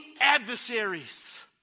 adversaries